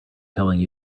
telling